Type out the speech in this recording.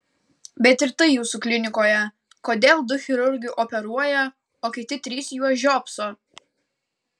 bet ir tai jūsų klinikoje kodėl du chirurgai operuoja o kiti trys į juos žiopso